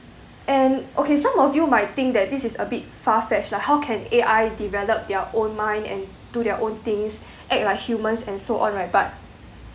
and okay some of you might think that this is a bit far fetched lah how can A_I develop their own mind and do their own things act like humans and so on right but